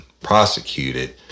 prosecuted